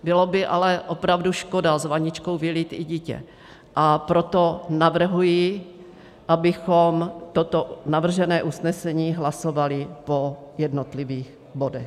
Byla by ale opravdu škoda s vaničkou vylít i dítě, a proto navrhuji, abychom toto navržené usnesení hlasovali po jednotlivých bodech.